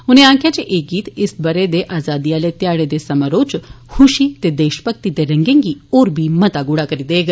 उने आक्खेआ जे एह गीत इस बरे दे आजादी ओल ध्याडे दे समारोहे च खूशी ते देश भक्ति दे रंगें गी होर मता गूड़ा करी देग